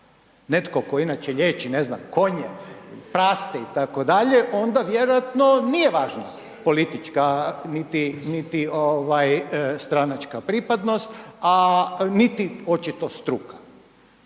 netko tko inače liječi, ne znam, konje, prasce itd., onda vjerojatno nije važna politička, niti, niti ovaj stranačka pripadnost, a niti očito struka.